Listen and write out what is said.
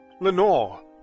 Lenore